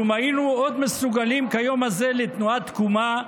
כלום היינו עוד מסוגלים כיום הזה לתנועת תקומה,